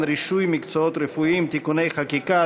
רישוי מקצועות רפואיים (תיקוני חקיקה),